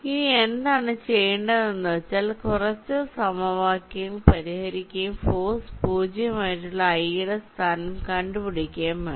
ഇനി എന്താണ് ചെയ്യണ്ടത് എന്ന് വച്ചാൽ കുറച്ച സമവാക്യങ്ങൾ പരിഹരിക്കുകയുംഫോഴ്സ് 0 ആയിട്ടുള്ള i യുടെ സ്ഥാനം കണ്ടുപിടിക്കുകയും വേണം